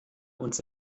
uns